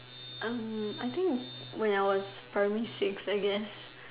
Er I think when I was primary six I guess